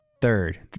Third